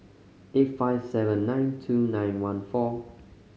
eight five seven nine two nine one four